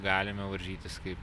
galime varžytis kaip